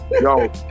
yo